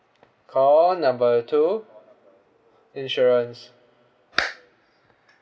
call number two insurance